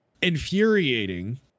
infuriating